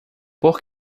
por